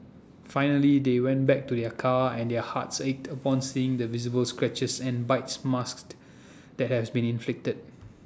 finally they went back to their car and their hearts ached upon seeing the visible scratches and bites marks that has been inflicted